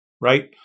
right